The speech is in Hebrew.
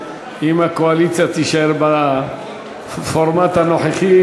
אם הקואליציה תישאר בפורמט הנוכחי,